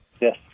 yes